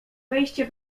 wejście